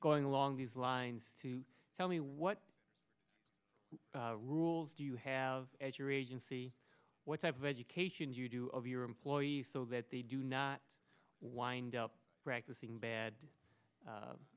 going along these lines to tell me what rules do you have as your agency what type of education you do of your employees so that they do not wind up practicing bad